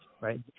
right